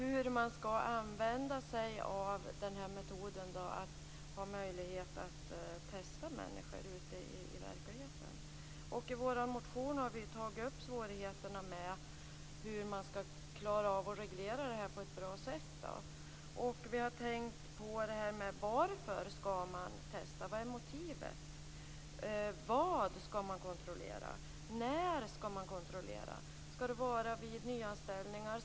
Fru talman! Det är en intressant debatt. Jag vill ändå föra ned debatten på verklighetsnivå. Hur skall metoden för att testa människor i verkligheten användas? I vår motion har vi tagit upp svårigheterna med att reglera dessa frågor på ett bra sätt. Vi har tänkt på frågan varför. Vad är motivet? Vad skall kontrolleras? När skall kontrollen ske? Skall det vara vid nyanställningar?